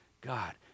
God